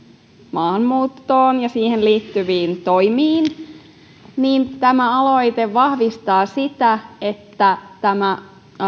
maahanmuuttoon ja siihen liittyviin toimiin niin tämä aloite vahvistaa sitä että tämä